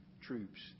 troops